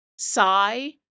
sigh